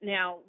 Now